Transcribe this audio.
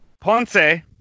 Ponce